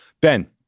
Ben